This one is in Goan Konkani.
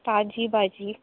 ताजी भाजी